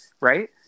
right